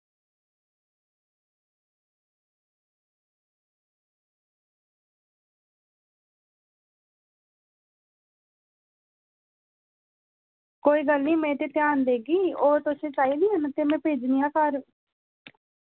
कोई गल्ल निं में ते ध्यान देगी होर तुसेंगी चाहिदियां न ते में भेजने आं घर